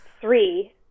three